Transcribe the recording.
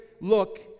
look